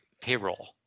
payroll